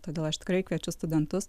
todėl aš tikrai kviečiu studentus